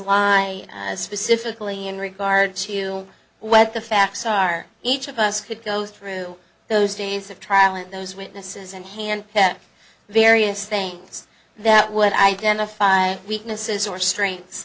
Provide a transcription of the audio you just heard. lie specifically in regards to what the facts are each of us could go through those days of trial and those witnesses and hand various things that would identify weaknesses or strength